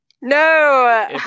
No